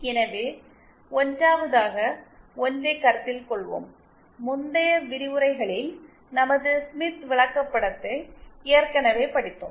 எனவே 1 வதாக ஒன்றை கருத்தில் கொள்வோம் முந்தைய விரிவுரைகளில் நமது ஸ்மித் விளக்கப்படத்தை ஏற்கனவே படித்தோம்